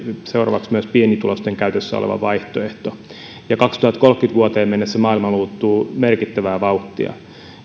seuraavaksi myös pienituloisten käytössä oleva vaihtoehto vuoteen kaksituhattakolmekymmentä mennessä maailma muuttuu merkittävää vauhtia